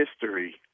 history